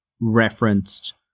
referenced